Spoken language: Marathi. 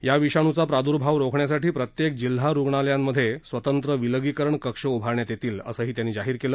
या विषाणूचा प्रादूर्भाव रोखण्यासाठी प्रत्येक जिल्हा रूग्णालयामधे स्वतंत्र विलगीकरण कक्ष उभारण्यात येतील असंही त्यांनी जाहीर केलं